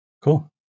Cool